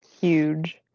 huge